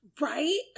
Right